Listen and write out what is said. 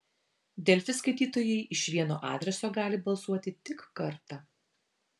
delfi skaitytojai iš vieno adreso gali balsuoti tik kartą